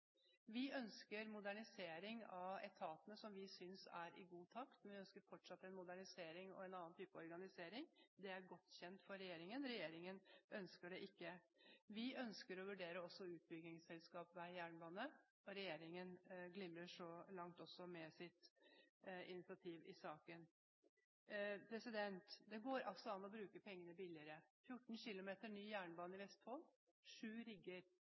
Vi ønsker modernisering av etatene. Vi synes de er i god takt, men vi ønsker fortsatt en modernisering og en annen type organisering – det er godt kjent for regjeringen. Regjeringen ønsker det ikke. Vi ønsker å vurdere også utbyggingsselskap for vei og jernbane. Regjeringen glimrer så langt med sitt fravær når det gjelder initiativ i saken. Det går altså an å bruke pengene billigere. På 14 km ny jernbane i Vestfold hadde man sju rigger.